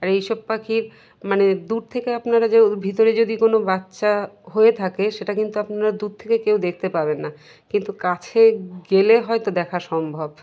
আর এইসব পাখির মানে দূর থেকে আপনারা যে ভিতরে যদি কোনো বাচ্চা হয়ে থাকে সেটা কিন্তু আপনারা দূর থেকে কেউ দেখতে পাবেন না কিন্তু কাছে গেলে হয়তো দেখা সম্ভব